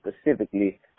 specifically